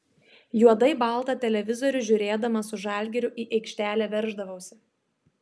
juodai baltą televizorių žiūrėdamas su žalgiriu į aikštelę verždavausi